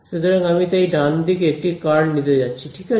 সুতরাং আমি তাই ডানদিকে একটি কার্ল নিতে যাচ্ছি ঠিক আছে